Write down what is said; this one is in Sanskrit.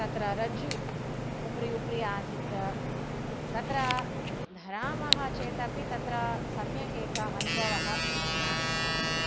तत्र रज्जोः उपरि उपरि आसीत् तत्र धरामः चेतपि तत्र सम्यकेकः अनुभवः न आसीत्